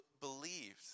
believed